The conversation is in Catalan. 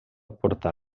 portar